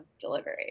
delivery